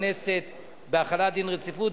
הכנסת זאב אלקין כדי לקדם את הנושא של אילת,